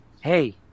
Hey